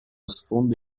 sfondo